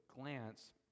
glance